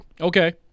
Okay